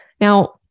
Now